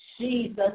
Jesus